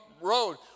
road